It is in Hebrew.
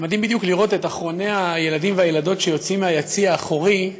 זה מדהים בדיוק לראות את אחרוני הילדים והילדות שיוצאים מהיציע האחורי,